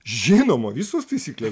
žinoma visos taisyklė